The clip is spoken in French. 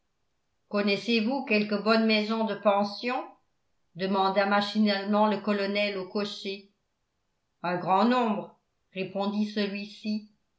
connaissez-vous quelque bonne maison de pension demanda machinalement le colonel au cocher un grand nombre répondit celui-ci